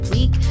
Week